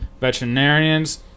veterinarians